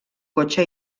cotxe